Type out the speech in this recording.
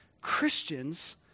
Christians